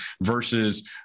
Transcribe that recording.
versus